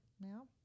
now